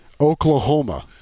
Oklahoma